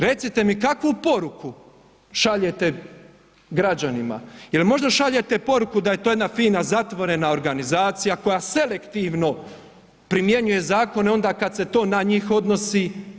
Recite mi kakvu poruku šaljete građanima, je li možda šaljete poruku da je to jedna fina zatvorena organizacija koja selektivno primjenjuje zakone onda kada se to na njih odnosi?